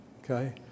okay